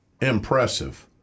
Impressive